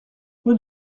rue